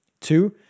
Two